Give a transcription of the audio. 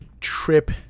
trip